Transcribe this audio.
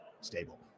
Stable